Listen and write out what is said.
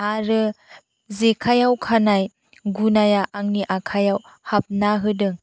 आरो जेखाइयाव खानाय गुनाया आंनि आखाइयाव हाबना होदों